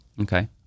Okay